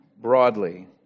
broadly